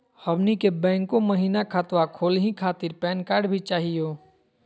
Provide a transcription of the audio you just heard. हमनी के बैंको महिना खतवा खोलही खातीर पैन कार्ड भी चाहियो?